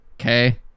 Okay